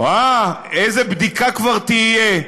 אה, איזה בדיקה כבר תהיה?